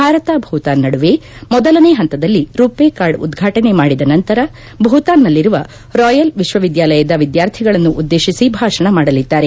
ಭಾರತ ಭೂತಾನ್ ನಡುವೆ ಮೊದಲನೇ ಹಂತದಲ್ಲಿ ರುಷೇ ಕಾರ್ಡ್ ಉದ್ವಾಟನೆ ಮಾಡಿದ ನಂತರ ಭೂತಾನ್ನಲ್ಲಿರುವ ರಾಯಲ್ ವಿಶ್ವವಿದ್ಯಾಲಯದ ವಿದ್ಯಾರ್ಥಿಗಳನ್ನು ಉದ್ದೇತಿಸಿ ಭಾಷಣ ಮಾಡಲಿದ್ದಾರೆ